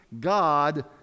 God